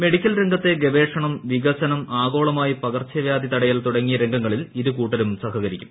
medical രംഗത്തെ ഗവേഷണം വികസനം ആഗോളമായി പകർച്ചവ്യാധി തടയൽ തുടങ്ങിയ രംഗങ്ങളിൽ ഇരുകൂട്ടരും സഹകരിക്കും